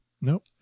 Nope